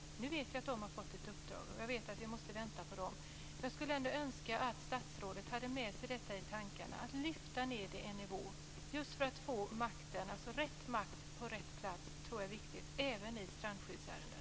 Jag vet att de har fått ett uppdrag och att vi måste vänta på dem, men jag skulle ändå önska att statsrådet hade med sig detta i tankarna. Man bör lyfta ned hanteringen en nivå. Rätt makt på rätt plats tror jag är viktigt även i strandskyddsärenden.